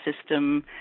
system